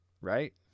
right